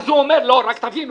רק תבין,